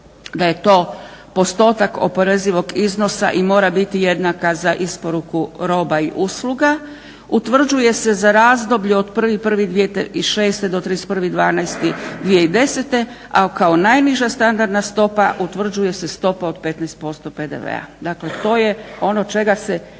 da je to postotak oporezivog iznosa i mora biti jednaka za isporuku roba i usluga. Utvrđuje se za razdoblje od 1.1.2006.-31.12.2010., a kao najniža standardna stopa utvrđuje se stopa od 15% PDV-a. Dakle to je ono čega se